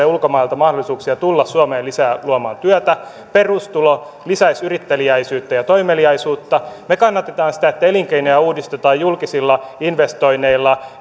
ulkomailta mahdollisuuksia tulla suomeen luomaan lisää työtä perustulo lisäisi yritteliäisyyttä ja toimeliaisuutta me kannatamme sitä että elinkeinoja uudistetaan julkisilla investoinneilla